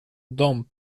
dąb